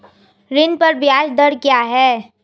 ऋण पर ब्याज दर क्या है?